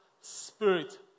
spirit